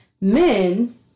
men